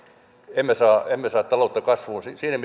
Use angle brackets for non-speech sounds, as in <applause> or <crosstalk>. emme saa emme saa taloutta kasvuun siinä <unintelligible>